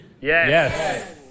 Yes